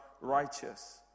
righteous